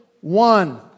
one